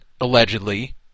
allegedly